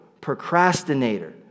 procrastinator